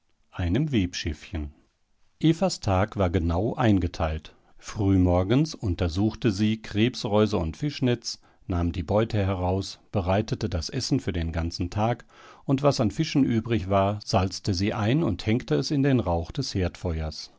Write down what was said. einem webschiffchen evas tag war genau eingeteilt frühmorgens untersuchte sie krebsreuse und fischnetz nahm die beute heraus bereitete das essen für den ganzen tag und was an fischen übrig war salzte sie ein und hängte es in den rauch des